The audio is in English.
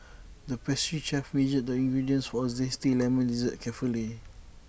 the pastry chef measured the ingredients for A Zesty Lemon Dessert carefully